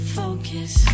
focus